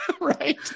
right